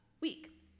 week